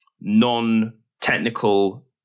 non-technical